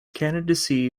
candidacy